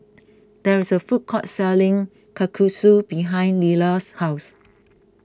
there is a food court selling Kalguksu behind Leyla's house